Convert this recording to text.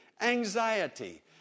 anxiety